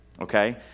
okay